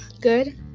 good